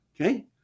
okay